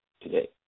today